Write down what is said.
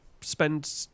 spend